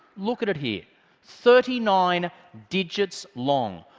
look at it here thirty nine digits long,